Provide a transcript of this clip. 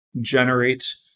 generate